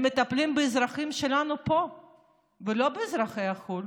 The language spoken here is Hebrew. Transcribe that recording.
הם מטפלים באזרחים שלנו פה ולא באזרחי חו"ל.